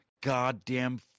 goddamn